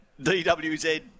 DWZ